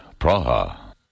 Praha